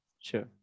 sure